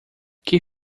que